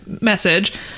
message